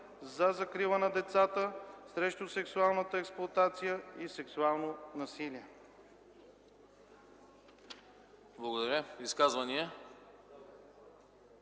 за закрила на децата срещу сексуална експлоатация и сексуално насилие.”